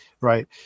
Right